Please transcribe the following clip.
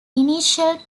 initial